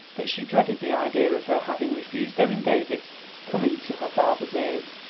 but she dreaded the idea of her having refused owen davies coming to her father's ears.